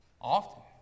often